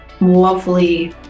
lovely